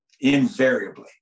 invariably